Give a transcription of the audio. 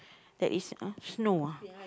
that is !huh! snow ah